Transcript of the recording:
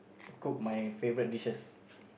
cook my favourite dishes